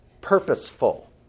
purposeful